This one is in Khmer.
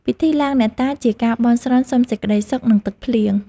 ពិធីឡើងអ្នកតាជាការបន់ស្រន់សុំសេចក្តីសុខ និងទឹកភ្លៀង។